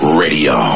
radio